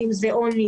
אם זה עוני,